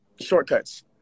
shortcuts